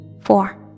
four